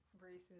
Braces